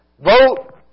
Vote